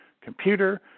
computer